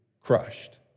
crushed